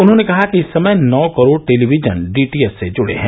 उन्होंने कहा कि इस समय नौ करोड़ टेलीविजन डीटीएच से जुड़े हैं